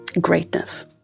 greatness